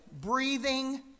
breathing